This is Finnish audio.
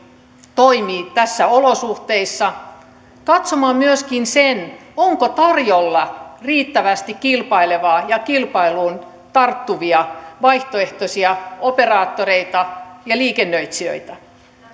toimii näissä olosuhteissa katsoaksemme myöskin sen onko tarjolla riittävästi kilpailevaa ja kilpailuun tarttuvia vaihtoehtoisia operaattoreita ja liikennöitsijöitä